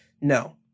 No